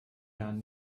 jahren